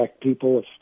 people